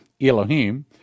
Elohim